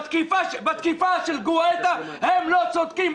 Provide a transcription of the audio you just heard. בתקיפה של גואטה הם לא צודקים,